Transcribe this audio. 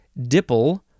dipple-